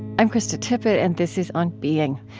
i'm krista tippett, and this is on being.